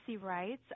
rights